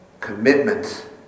Commitment